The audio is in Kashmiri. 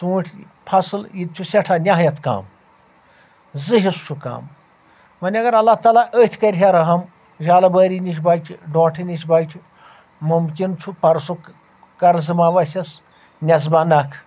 ژوٗنٛٹھۍ فصٕل ییٚتہِ چھُ سؠٹھاہ نؠہایَتھ کَم زٕ حصہٕ چھُ کَم وَنۍ اگر اللہ تعالیٰ أتھۍ کَرِ ہا رَحم جالٕبٲری نِش بَچہِ ڈوٹھہٕ نِش بَچہِ مُمکِن چھُ پَرسُک قرضہٕ ما وَسیٚس نیٚزبا نکھٕ